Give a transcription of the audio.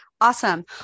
awesome